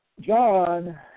John